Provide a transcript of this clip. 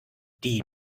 die